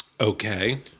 Okay